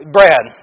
Brad